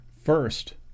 first